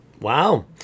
Wow